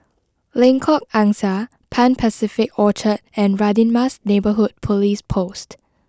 Lengkok Angsa Pan Pacific Orchard and Radin Mas Neighbourhood Police Post